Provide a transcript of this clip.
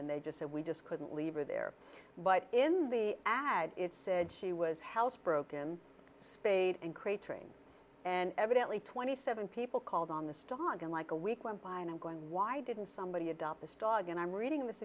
and they just said we just couldn't leave her there but in the ad it said she was housebroken spayed and crate trained and evidently twenty seven people called on the stock in like a week went by and i'm going why didn't somebody adopt this dog and i'm reading this